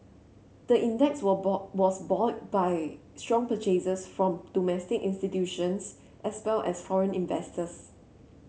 the index were buoyed by strong purchases from domestic institutions as well as foreign investors